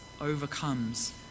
overcomes